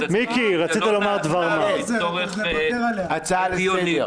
--- לצורך דיוני,